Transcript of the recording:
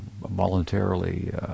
voluntarily